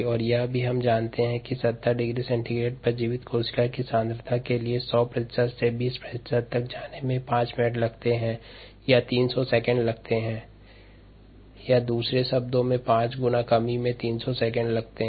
हम यह भी जानते हैं कि 70 डिग्री सेल्सियस पर जीवित कोशिका सांद्रता के लिए 100 प्रतिशत् से 20 प्रतिशत् तक जाने में 5 मिनट्स या 300 सौ सेकंड लगते हैं या दूसरे शब्दों में 5 गुणा कमी में 300 सेकंड लगते है